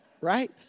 Right